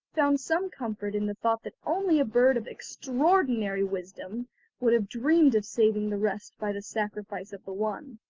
found some comfort in the thought that only a bird of extraordinary wisdom would have dreamed of saving the rest by the sacrifice of the one.